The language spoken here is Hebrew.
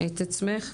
תצאי החוצה.